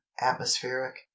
atmospheric